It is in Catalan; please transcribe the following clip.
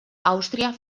àustria